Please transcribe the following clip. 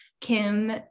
Kim